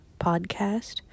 podcast